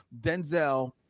Denzel